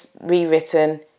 rewritten